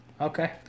Okay